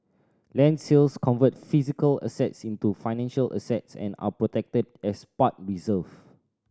land sales convert physical assets into financial assets and are protected as past reserve